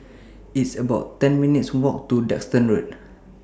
It's about ten minutes' Walk to Duxton Road